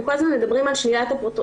אנחנו כל הזמן מדברים על שלילת אפוטרופסות,